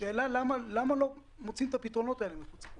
השאלה למה לא מוציאים את הפתרונות האלה מחוץ לקופסה.